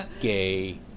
gay